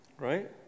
right